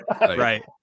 right